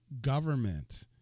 government